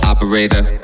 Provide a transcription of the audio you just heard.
Operator